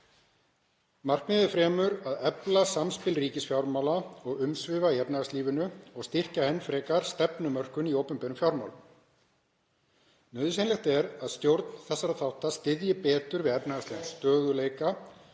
Markmiðið er fremur að efla samspil ríkisfjármála og umsvifa í efnahagslífinu og styrkja enn frekar stefnumörkun í opinberum fjármálum. Nauðsynlegt er að stjórn þessara þátta styðji betur við efnahagslegan stöðugleika